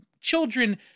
children